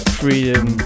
freedom